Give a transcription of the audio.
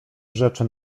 rzeczy